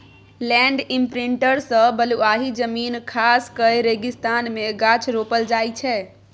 land imprinter सँ बलुआही जमीन खास कए रेगिस्तान मे गाछ रोपल जाइ छै